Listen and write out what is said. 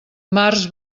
març